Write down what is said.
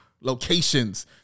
Locations